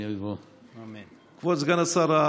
כבוד סגן השר,